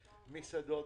מסעדות.